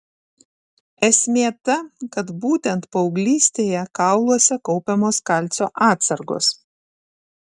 esmė ta kad būtent paauglystėje kauluose kaupiamos kalcio atsargos